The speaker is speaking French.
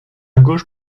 gauche